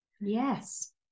yes